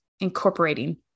incorporating